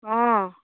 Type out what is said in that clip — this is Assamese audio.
অঁ